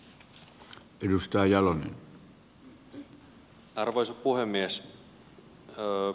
arvoisa puhemies